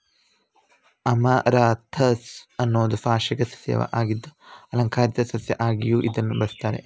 amaranthus ಅನ್ನುದು ವಾರ್ಷಿಕ ಸಸ್ಯ ಆಗಿದ್ದು ಆಲಂಕಾರಿಕ ಸಸ್ಯ ಆಗಿಯೂ ಇದನ್ನ ಬೆಳೆಸ್ತಾರೆ